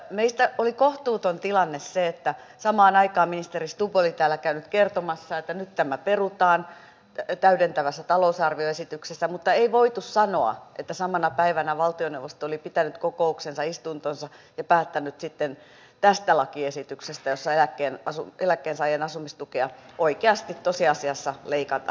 meistä oli kohtuuton tilanne se että samaan aikaan ministeri stubb oli täällä käynyt kertomassa että nyt tämä perutaan täydentävässä talousarvioesityksessä mutta ei voitu sanoa että samana päivänä valtioneuvosto oli pitänyt kokouksensa istuntonsa ja päättänyt sitten tästä lakiesityksestä jossa eläkkeensaajien asumistukea oikeasti tosiasiassa leikataan